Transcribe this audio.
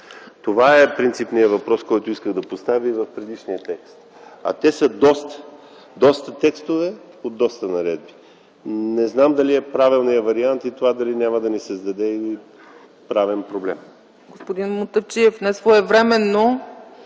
Това е принципният въпрос, който исках да поставя и в предишния текст, а текстовете и наредбите са доста. Не знам дали е правилният вариант и това дали няма да ни създаде правен проблем.